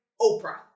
Oprah